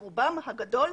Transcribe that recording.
ברובם הגדול,